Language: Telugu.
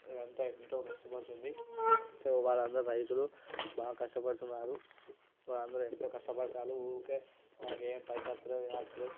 ఎంతో ఎంతో కష్టపడుతుంది ఎంతో వాళ్ళందరూ రైతులు బాగా కష్టపడుతున్నారు వాళ్ళందరూ ఎంతో కష్టపడుతున్నారు ఊరికె ఏం పైసలు వస్తలేవు ఏం వస్తలేవు